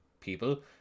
people